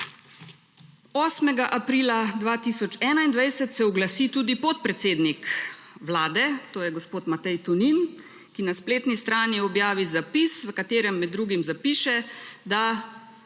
8. aprila 2021 se oglasi tudi podpredsednik vlade, to je gospod Matej Tonin, ki na spletni strani objavi zapis, v katerem med drugim zapiše, da